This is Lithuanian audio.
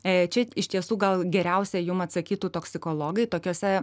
čia iš tiesų gal geriausia jum atsakytų toksikologai tokiuose